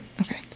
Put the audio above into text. Okay